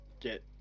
get